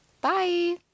Bye